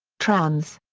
trans.